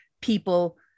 people